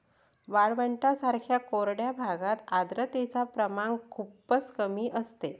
वाळवंटांसारख्या कोरड्या भागात आर्द्रतेचे प्रमाण खूपच कमी असते